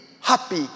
happy